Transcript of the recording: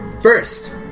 first